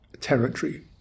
territory